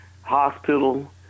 hospital